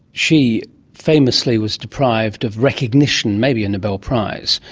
she famously was deprived of recognition, maybe a nobel prize,